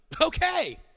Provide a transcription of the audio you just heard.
okay